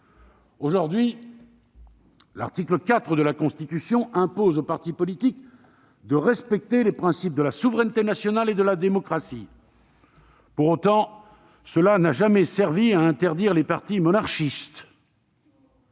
Aujourd'hui, l'article 4 de la Constitution impose aux partis politiques de respecter les principes de la souveraineté nationale et de la démocratie. Pour autant, cela n'a jamais servi à interdire les partis monarchistes.